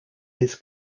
his